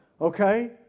okay